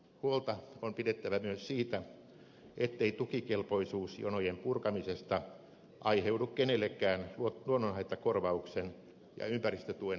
huolta on pidettävä myös siitä ettei tukikelpoisuusjonojen purkamisesta aiheudu kenellekään luonnonhaittakorvauksen ja ympäristötuen heikkenemistä